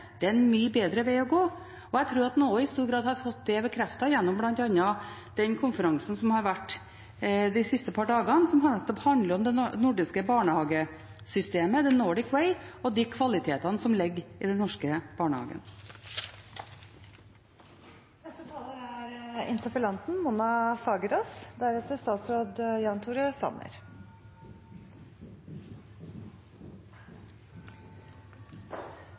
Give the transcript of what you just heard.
er en mye bedre vei å gå, og jeg tror at en i stor grad har fått det bekreftet gjennom bl.a. den konferansen som har vært de siste par dagene, som nettopp har handlet om det nordiske barnehagesystemet, The Nordic Way, og de kvalitetene som ligger i den norske